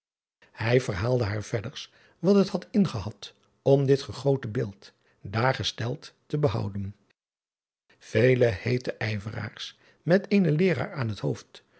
ij verhaalde haar verders wat het had in gehad om dit gegoten beeld daar gesteld te behouden ele heete ijveraars met eenen eeraar aan het hoofd